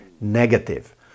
negative